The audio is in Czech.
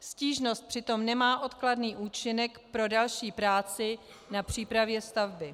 Stížnost přitom nemá odkladný účinek pro další práci na přípravě stavby.